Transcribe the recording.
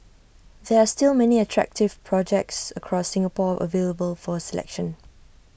there are still many attractive projects across Singapore available for selection